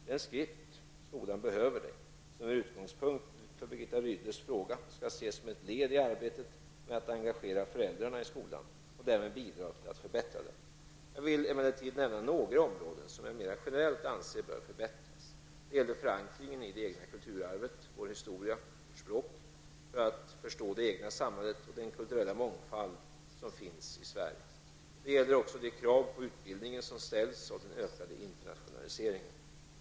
Den skrift, Skolan behöver dig, som är utgångspunkt för Birgitta Rydles fråga skall ses som ett led i arbetet med att engagera föräldrarna i skolan och därmed bidra till att förbättra den. Jag vill emellertid nämna några områden som jag mera generellt anser bör förbättras. Det gäller förankringen i det egna kulturarvet -- vår historia och vårt språk -- för att förstå det egna samhället och den kulturella mångfald som finns i Sverige. Det gäller också de krav på utbildningen som ställs av den ökade internationaliseringen.